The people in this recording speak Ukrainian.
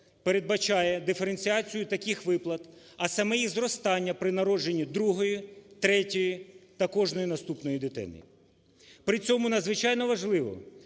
передбачає диференціацію таких виплат, а саме їх зростання при народженні другої, третьої та кожної наступної дитини. При цьому, надзвичайно важливо,